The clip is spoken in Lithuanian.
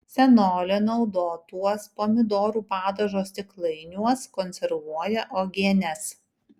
senolė naudotuos pomidorų padažo stiklainiuos konservuoja uogienes